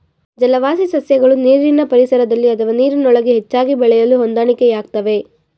ಜಲವಾಸಿ ಸಸ್ಯಗಳು ನೀರಿನ ಪರಿಸರದಲ್ಲಿ ಅಥವಾ ನೀರಿನೊಳಗೆ ಹೆಚ್ಚಾಗಿ ಬೆಳೆಯಲು ಹೊಂದಾಣಿಕೆಯಾಗ್ತವೆ